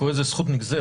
הוא קורא לזה זכות נגזרת.